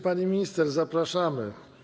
Pani minister, zapraszamy.